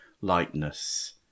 lightness